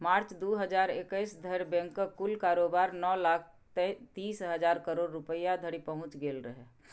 मार्च, दू हजार इकैस धरि बैंकक कुल कारोबार नौ लाख तीस हजार करोड़ रुपैया धरि पहुंच गेल रहै